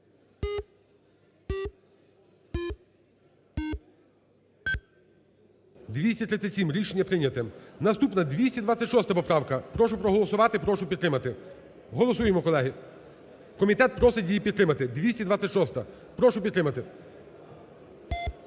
За-237 Рішення прийнято. Наступна, 226 поправка. Прошу проголосувати, прошу підтримати. Голосуємо, колеги. Комітет просить її підтримати, 226-а. Прошу підтримати.